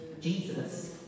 Jesus